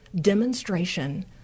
demonstration